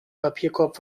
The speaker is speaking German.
papierkorb